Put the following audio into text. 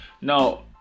Now